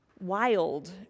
wild